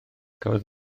cafodd